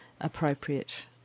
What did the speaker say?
appropriate